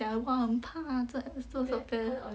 讲哇很怕做做 swab test